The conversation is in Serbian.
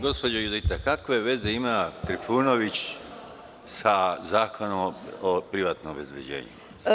Gospođo Judita, kakve veze ima Trifunović sa Zakonom o privatnom obezbeđenju?